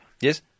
Yes